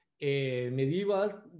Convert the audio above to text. medieval